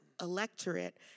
electorate